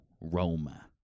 Roma